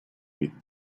with